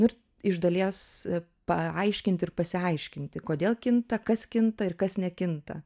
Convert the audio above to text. ir iš dalies paaiškinti ir pasiaiškinti kodėl kinta kas kinta ir kas nekinta